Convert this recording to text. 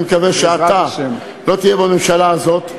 אני מקווה שאתה לא תהיה בממשלה הזאת,